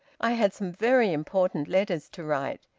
i had some very important letters to write.